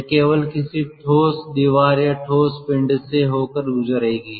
यह केवल किसी ठोस दीवार या ठोस पिंड से होकर गुजरेगी